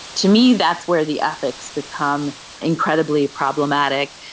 to me that's where the ethics become incredibly problematic,